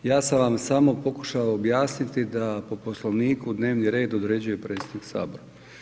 Ja sam vam samo pokušao objasniti da po Poslovniku dnevni red određuje predsjednik Sabora.